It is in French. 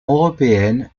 européenne